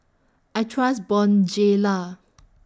I Trust Bonjela